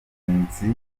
mugenzi